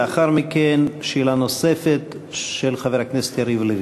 לאחר מכן, שאלה נוספת של חבר הכנסת יריב לוין.